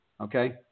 Okay